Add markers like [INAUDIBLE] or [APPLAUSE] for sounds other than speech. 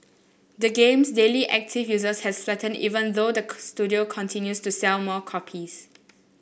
the game's daily active users has flattened even though the [UNINTELLIGIBLE] studio continues to sell more copies